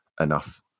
enough